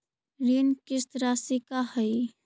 ऋण किस्त रासि का हई?